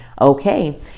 okay